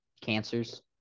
cancers